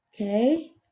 okay